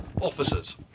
officers